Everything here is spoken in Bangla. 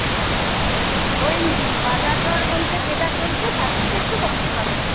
হ্যাঁ হ্যাঁ ওই বাজারদর বলতে যেটা চলছে তার থেকে একটু কমই পাবেন